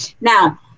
now